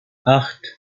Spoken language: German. acht